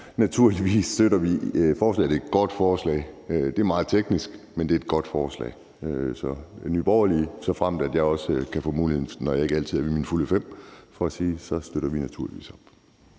60. Naturligvis støtter vi forslaget. Det er et godt forslag. Det er meget teknisk, men det er et godt forslag. Så såfremt jeg også kan få muligheden, også når jeg ikke er ved sine fulde fem, vil jeg sige, at Nye Borgerlige naturligvis